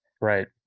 Right